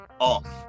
off